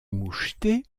moucheté